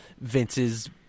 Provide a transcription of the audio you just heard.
Vince's